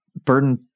burden